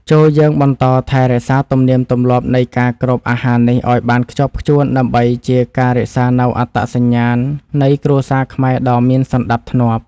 ចូរយើងបន្តថែរក្សាទំនៀមទម្លាប់នៃការគ្របអាហារនេះឱ្យបានខ្ជាប់ខ្ជួនដើម្បីជាការរក្សានូវអត្តសញ្ញាណនៃគ្រួសារខ្មែរដ៏មានសណ្តាប់ធ្នាប់។